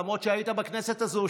למרות שהיית בכנסת הזו,